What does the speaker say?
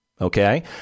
okay